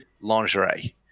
lingerie